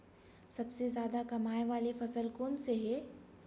सबसे जादा कमाए वाले फसल कोन से हे?